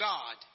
God